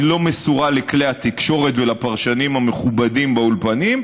היא לא מסורה לכלי התקשורת ולפרשנים המכובדים באולפנים,